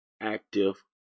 active